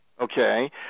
okay